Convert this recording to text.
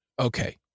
Okay